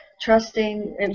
trusting